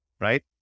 right